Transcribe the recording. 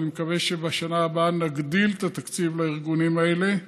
ואני מקווה שבשנה הבאה נגדיל את התקציב לארגונים האלה,